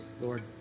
Lord